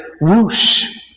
whoosh